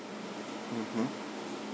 mmhmm